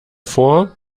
vor